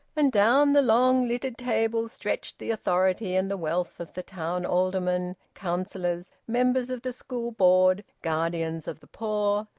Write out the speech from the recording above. and down the long littered tables stretched the authority and the wealth of the town-aldermen, councillors, members of the school board, guardians of the poor,